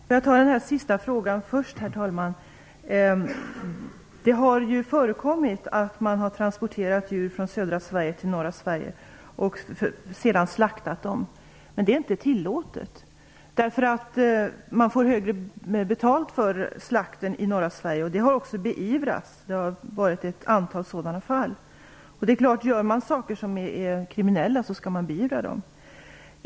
Herr talman! Jag tar den sista frågan först. Det har förekommit att man har transporterat djur från södra till norra Sverige och sedan slaktat dem, men det är inte tillåtet och det har beivrats. Man får mer betalt för slakten i Norrland. Vi har haft ett antal sådana fall. Om man gör sådant som är kriminellt skall det naturligtvis beivras.